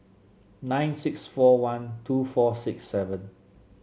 nine six four one two four six seven